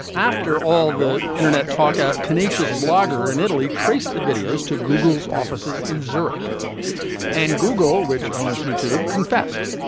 after all the internet talk ah tenacious blogger in italy traced the videos to google's offices in zurich and google which owns youtube confessed.